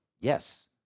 Yes